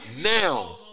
now